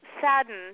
saddened